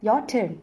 your turn